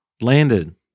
landed